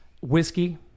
Whiskey